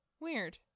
Weird